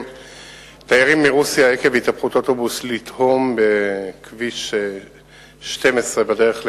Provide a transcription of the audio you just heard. תיירים מרוסיה עקב התהפכות אוטובוס לתהום בכביש 12 בדרך לאילת.